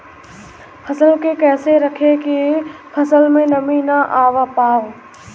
फसल के कैसे रखे की फसल में नमी ना आवा पाव?